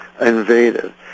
invaded